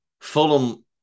Fulham